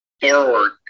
forward